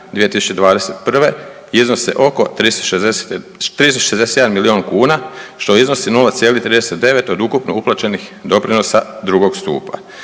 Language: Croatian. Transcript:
2021. iznose oko 367 milijuna kuna, što iznosi 0,39 od ukupno uplaćenih doprinosa drugog stupa.